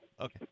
Okay